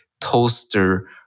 toaster